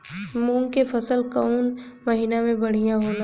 मुँग के फसल कउना महिना में बढ़ियां होला?